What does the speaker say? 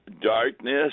darkness